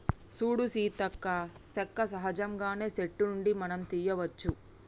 సూడు సీతక్క సెక్క సహజంగానే సెట్టు నుండి మనం తీయ్యవచ్చు